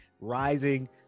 rising